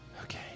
Okay